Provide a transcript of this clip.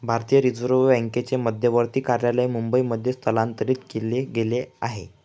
भारतीय रिझर्व बँकेचे मध्यवर्ती कार्यालय मुंबई मध्ये स्थलांतरित केला गेल आहे